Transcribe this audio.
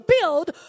build